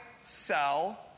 sell